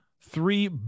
three